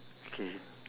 okay